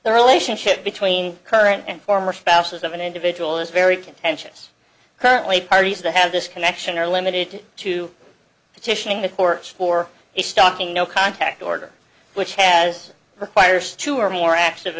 the relationship between current and former spouses of an individual is very contentious currently are used to have this connection are limited to petitioning the court for a stocking no contact order which has requires two or more active